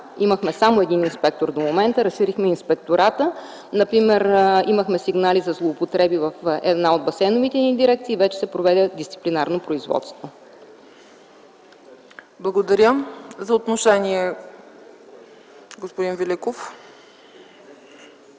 имахме само един инспектор до момента, разширихме Инспектората. Например, имахме сигнали за злоупотреби в една от басейновите ни дирекции, вече се проведе дисциплинарно производство. ПРЕДСЕДАТЕЛ ЦЕЦКА ЦАЧЕВА: